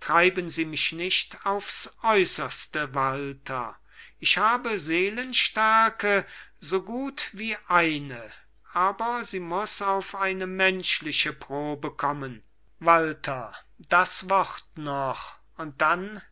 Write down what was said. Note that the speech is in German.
treiben sie mich nicht aufs äußerste walter ich habe seelenstärke so gut wie eine aber sie muß auf eine menschliche probe kommen walter das wort noch und dann